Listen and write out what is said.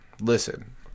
Listen